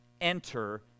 enter